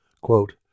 Quote